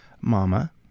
Mama